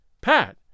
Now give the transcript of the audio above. Pat